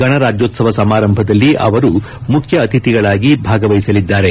ಗಣರಜ್ಞೋತ್ಸವ ಸಮಾರಂಭದಲ್ಲಿ ಅವರು ಮುಖ್ಯ ಅತಿಥಿಗಳಾಗಿ ಭಾಗವಹಿಸಲಿದ್ದಾರೆ